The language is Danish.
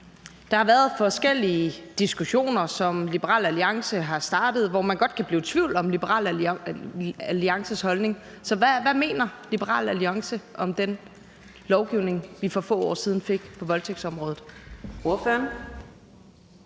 Der har været forskellige diskussioner, som Liberal Alliance har startet, og hvor man godt kan blive i tvivl om Liberal Alliances holdning. Så hvad mener Liberal Alliance om den lovgivning, vi for få år siden fik på voldtægtsområdet?